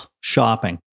Shopping